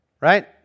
right